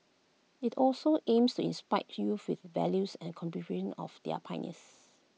IT also aims to inspire youths with values and of their pioneers